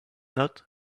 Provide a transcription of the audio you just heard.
not